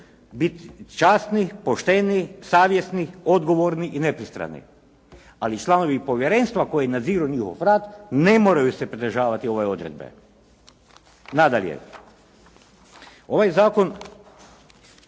biti časni, pošteni, savjesni, odgovorni i nepristrani, ali članovi povjerenstva koji nadziru njihov rad, ne moraju se pridržavati ove odredbe. Nadalje, ovaj zakon